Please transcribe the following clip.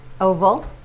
Oval